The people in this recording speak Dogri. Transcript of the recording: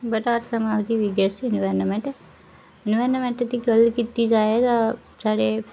किश एनवायरनामेंट एनवायरनामेंट दी गल्ल कीती जा तां साढ़े